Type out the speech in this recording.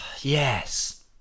Yes